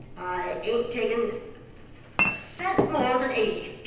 i ain't taking a cent more than eighty.